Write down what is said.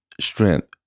strength